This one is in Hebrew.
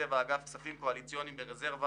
תקצב אגף התקציבים כספים קואליציוניים ברזרבה